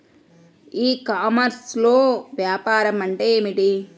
ఈ కామర్స్లో వ్యాపారం అంటే ఏమిటి?